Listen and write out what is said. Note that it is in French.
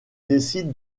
décide